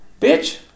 Bitch